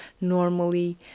normally